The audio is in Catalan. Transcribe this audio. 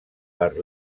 per